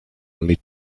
lead